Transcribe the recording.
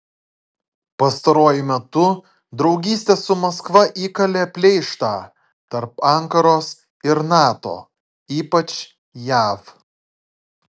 pastaruoju metu draugystė su maskva įkalė pleištą tarp ankaros ir nato ypač jav